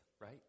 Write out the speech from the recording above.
right